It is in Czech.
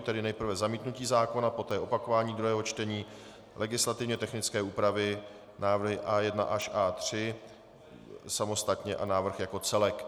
Tedy nejprve zamítnutí zákona, poté opakování druhého čtení, legislativně technické úpravy, návrhy A1 až A3 samostatně a návrh jako celek.